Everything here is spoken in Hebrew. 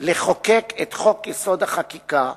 מלחוקק את חוק-יסוד: החקיקה,